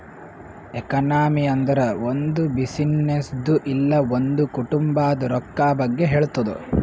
economy ಅಂದುರ್ ಒಂದ್ ಬಿಸಿನ್ನೆಸ್ದು ಇಲ್ಲ ಒಂದ್ ಕುಟುಂಬಾದ್ ರೊಕ್ಕಾ ಬಗ್ಗೆ ಹೇಳ್ತುದ್